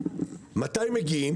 מתי מגיעים?